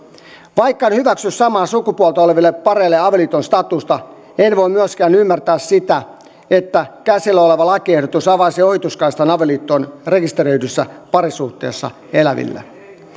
vaikka en hyväksy samaa sukupuolta oleville pareille avioliiton statusta en voi myöskään ymmärtää sitä että käsillä oleva lakiehdotus avaisi ohituskaistan avioliittoon rekisteröidyssä parisuhteessa eläville